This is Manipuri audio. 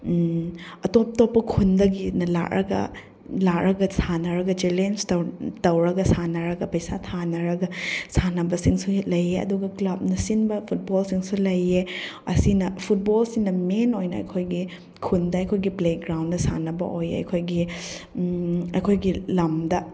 ꯑꯇꯣꯞ ꯇꯣꯞꯄ ꯈꯨꯟꯗꯒꯤꯅ ꯂꯥꯛꯂꯒ ꯂꯥꯛꯂꯒ ꯁꯥꯟꯅꯔꯒ ꯆꯦꯂꯦꯟꯁ ꯇꯧꯔꯒ ꯁꯥꯟꯅꯔꯒ ꯄꯩꯁꯥ ꯊꯥꯅꯔꯒ ꯁꯥꯟꯅꯕꯁꯤꯡꯁꯨ ꯂꯩꯌꯦ ꯑꯗꯨꯒ ꯀ꯭ꯂꯕꯅ ꯁꯤꯟꯕ ꯐꯨꯠꯕꯣꯜꯁꯤꯡꯁꯨ ꯂꯩꯌꯦ ꯑꯁꯤꯅ ꯐꯨꯠꯕꯣꯜꯁꯤꯅ ꯃꯦꯟ ꯑꯣꯏꯅ ꯑꯩꯈꯣꯏꯒꯤ ꯈꯨꯟꯗ ꯑꯩꯈꯣꯏꯒꯤ ꯄ꯭ꯂꯦꯒ꯭ꯔꯥꯎꯟꯗ ꯁꯥꯟꯅꯕ ꯑꯣꯏꯌꯦ ꯑꯩꯈꯣꯏꯒꯤ ꯑꯩꯈꯣꯏꯒꯤ ꯂꯝꯗ